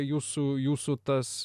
jūsų jūsų tas